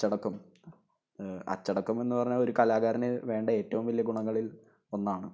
അച്ചടക്കം അച്ചടക്കം എന്ന് പറഞ്ഞാൽ ഒരു കലാകാരന് വേണ്ട ഏറ്റവും വലിയ ഗുണങ്ങളിൽ ഒന്നാണ്